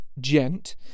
gent